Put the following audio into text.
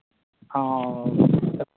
ᱦᱮᱸ